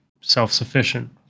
self-sufficient